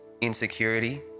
insecurity